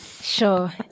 Sure